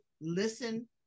listen